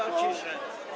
o ciszę.